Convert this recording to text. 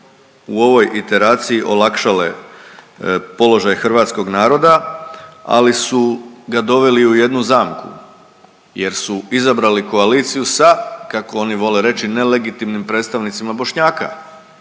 u ovoj iteraciji olakšale položaj hrvatskog naroda, ali su ga doveli u jednu zamku jer su izabrali koaliciju sa, kako oni vole reći, nelegitimnim predstavnicima Bošnjaka